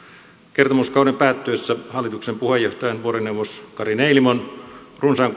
kertomuskauden päättyessä hallituksen puheenjohtajan vuorineuvos kari neilimon runsaan